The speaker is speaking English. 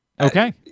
Okay